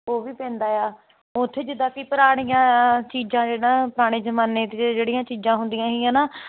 ਉਹ ਵੀ ਪੈਂਦਾ ਆ ਉਥੇ ਜਿੱਦਾਂ ਕਿ ਪੁਰਾਣੀਆਂ ਚੀਜ਼ਾਂ ਨੇ ਨਾ ਪੁਰਾਣੇ ਜਮਾਨੇ ਜਿਹੜੀਆਂ ਚੀਜ਼ਾਂ ਹੁੰਦੀਆਂ ਸੀਗੀਆਂ ਨਾ